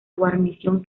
guarnición